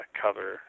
cover